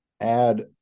add